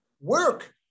work